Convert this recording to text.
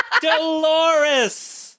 Dolores